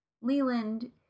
Leland